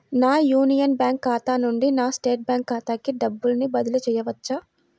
నా union bank ఖాతా నుండి నా స్టేట్ బ్యాంకు ఖాతాకి డబ్బు బదిలి చేయవచ్చా?